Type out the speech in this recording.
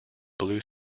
blue